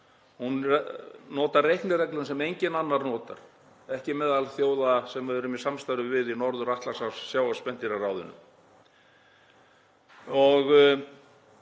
Hún notar reiknireglu sem enginn annar notar, ekki meðal þjóða sem við erum í samstarfi við í Norður-Atlantshafssjávarspendýraráðinu.